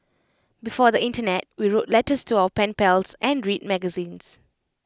before the Internet we wrote letters to our pen pals and read magazines